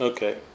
Okay